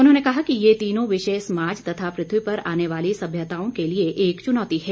उन्होंने कहा कि ये तीनों विषय समाज तथा पृथ्वी पर आने वाली सभ्यताओं के लिए एक चुनौती है